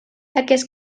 aquest